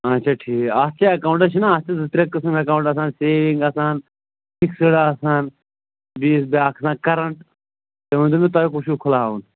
اَچھا ٹھیٖک اَتھ کیٛاہ اٮ۪کاوُنٛٹس چھِنا اَتھ چھِ زٕ ترٛےٚ قٕسم اٮ۪کاوُنٛٹ آسان سیوِنٛگ آسان فِکسٕڈ آسان بیٚیِس بیٛاکھ چھُ آسان کَرَنٹ تُہۍ ؤنۍتَو مےٚ تۄہہِ کُس چھُو کھُلاوُن